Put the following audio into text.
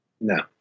No